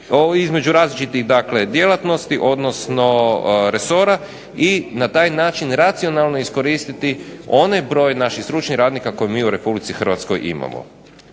između različitih djelatnosti odnosno resora i na taj način racionalno iskoristiti onaj broj naših stručnih radnika koje mi u RH imamo.